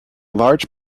large